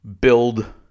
build